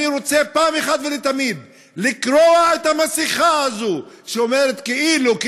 אני רוצה אחת ולתמיד לקרוע את המסכה הזאת שאומרת כאילו,